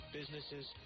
businesses